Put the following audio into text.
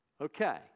okay